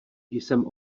jsem